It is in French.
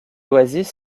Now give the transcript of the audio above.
oasis